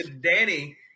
Danny